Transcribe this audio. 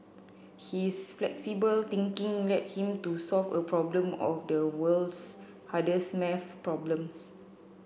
his flexible thinking led him to solve a problem of the world's hardest maths problems